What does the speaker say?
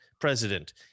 president